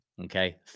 okay